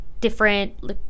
different